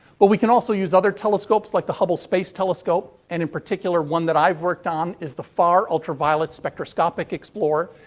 but we can also use other telescopes like the hubble space telescope. and, in particular, one that i've worked on, is the far ultraviolet spectroscopic explorer.